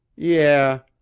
yeah.